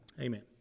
Amen